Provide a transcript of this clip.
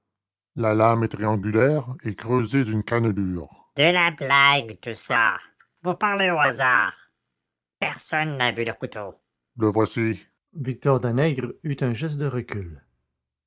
la lame est triangulaire et creusée d'une cannelure de la blague tout cela vous parlez au hasard personne n'a vu le couteau le voici victor danègre eut un geste de recul